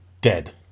Dead